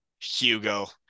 hugo